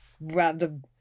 random